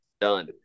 done